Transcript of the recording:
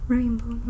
Rainbow